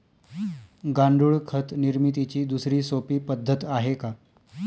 गांडूळ खत निर्मितीची दुसरी सोपी पद्धत आहे का?